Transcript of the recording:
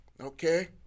Okay